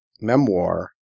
memoir